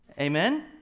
amen